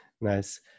Nice